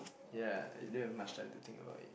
ya you don't have much time to think about it